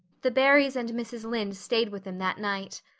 the barrys and mrs. lynde stayed with them that night.